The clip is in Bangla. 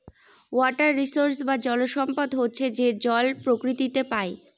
ওয়াটার রিসোর্স বা জল সম্পদ হচ্ছে যে জল প্রকৃতিতে পাই